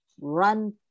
run